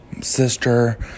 sister